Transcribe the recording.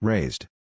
Raised